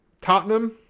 Tottenham